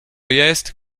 jest